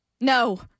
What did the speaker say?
No